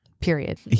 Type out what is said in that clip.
Period